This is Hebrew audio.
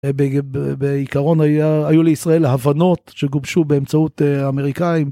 בעיקרון היו לישראל הבנות שגובשו באמצעות האמריקאים.